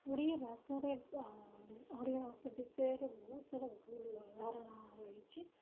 ଓଡ଼ିଆ ଭାଷାରେ ଓଡ଼ିଆ ଭାଷା ବିଷୟରେ ବହୁତ ସାରା ଭୁଲ୍ ଧାରଣା ରହିଛି